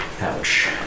Ouch